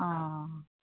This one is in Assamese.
অঁ